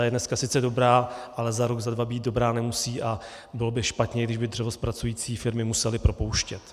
Ta je dneska sice dobrá, ale za rok, za dva být dobrá nemusí a bylo by špatně, kdyby dřevozpracující firmy musely propouštět.